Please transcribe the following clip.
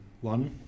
one